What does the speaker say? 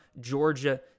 Georgia